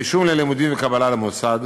רישום ללימודים וקבלה למוסד,